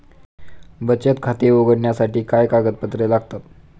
बचत खाते उघडण्यासाठी काय कागदपत्रे लागतात?